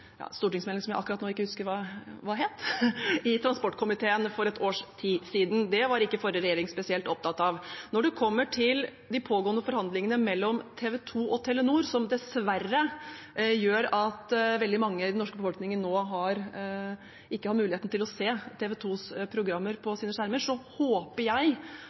jeg akkurat nå ikke husker tittelen på, i transportkomiteen for et års tid siden. Det var ikke forrige regjering spesielt opptatt av. Når det gjelder de pågående forhandlingene mellom TV 2 og Telenor, som dessverre gjør at veldig mange i den norske befolkningen nå ikke har muligheten til å se TV 2s programmer på sine skjermer, håper jeg